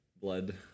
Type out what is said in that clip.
blood